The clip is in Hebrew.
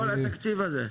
כל התקציב הזה?